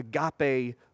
agape